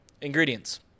ingredients